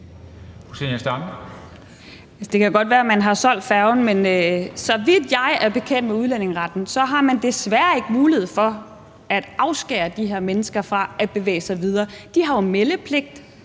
det kan godt være, at man har solgt færgen, men så vidt jeg er bekendt med udlændingeretten, har man desværre ikke mulighed for at afskære de her mennesker fra at bevæge sig videre. De har jo meldepligt,